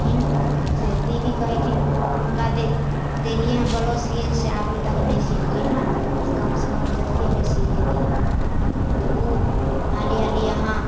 फेरसे दीदी कहै हकिन हुनका दे देलिए हँ ब्लाउज सिएलए से अभी तक नहि सिलखिन हँ से कमहँ कम जल्दीमे सीके दिअऽ तऽ ओ हाली हाली अहाँ